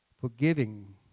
Forgiving